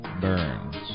Burns